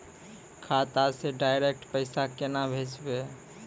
खाता से डायरेक्ट पैसा केना भेजबै?